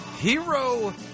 hero